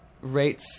rates